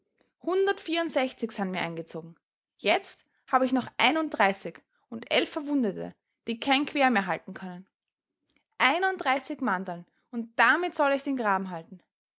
hundertvierundsechzig san mir eingezogen jetzt hab ich noch einunddreißig und elf verwundete die kein g'wehr mehr halten können einunddreißig manderln und damit soll ich den grab'n halten